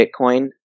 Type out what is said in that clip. Bitcoin